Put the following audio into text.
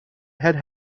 had